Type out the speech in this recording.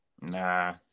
Nah